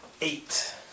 Eight